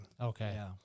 Okay